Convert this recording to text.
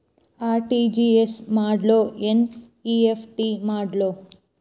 RTGS ಮಾಡ್ಲೊ NEFT ಮಾಡ್ಲೊ?